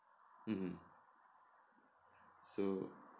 mmhmm so